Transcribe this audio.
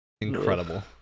Incredible